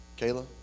Kayla